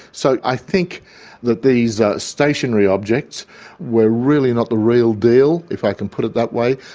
so i think that these stationary objects were really not the real deal, if i can put it that way.